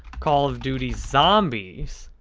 call of duty zombies.